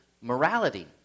morality